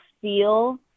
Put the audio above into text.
feel